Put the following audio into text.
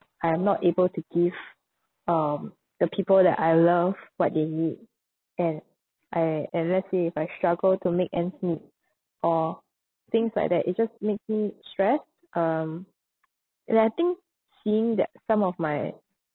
I am not able to give um the people that I love what they need and I and let's say if I struggle to make ends meet or things like that it just makes me stressed um and I think seeing that some of my